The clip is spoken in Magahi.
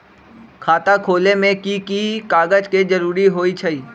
खाता खोले में कि की कागज के जरूरी होई छइ?